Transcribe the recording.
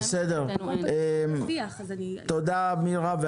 תודה מירה.